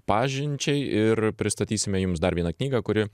pažinčiai ir pristatysime jums dar vieną knygą kuri